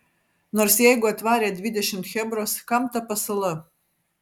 nors jeigu atvarė dvidešimt chebros kam ta pasala